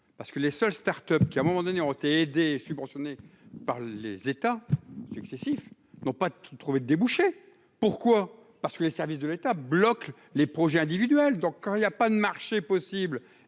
parce que les seules Start-Up qui à un moment donné, ont été aidées, subventionnées par les états successifs n'ont pas trouvé de débouché, pourquoi, parce que les services de l'État bloque les projets individuels, donc quand il y a pas de marché possible